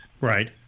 Right